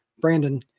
Brandon